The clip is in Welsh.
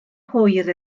hwyr